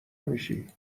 میشی